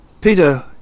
Peter